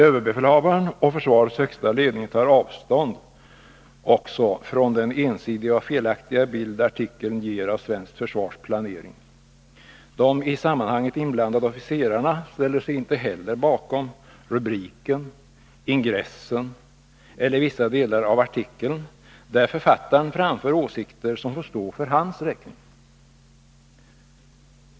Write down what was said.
Överbefälhavaren och försvarets högsta ledning tar avstånd också från den ensidiga och felaktiga bild som artikeln ger av svenskt försvars planering. De i sammanhanget inblandade officerarna ställer sig inte heller bakom rubriken, ingressen eller vissa delar av artikeln, Nr 50 där författaren framför åsikter som får stå för hans räkning.